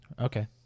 Okay